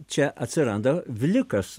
čia atsiranda vilikas